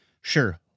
Sure